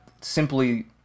simply